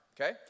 Okay